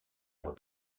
mois